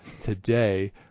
today